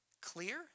clear